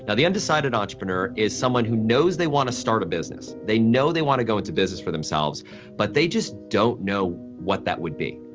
the undecided entrepreneur is someone who knows they want to start a business, they know they want to go into business for themselves but they just don't know what that would be.